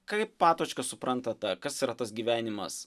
kaip patočka supranta tą kas yra tas gyvenimas